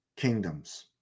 Kingdoms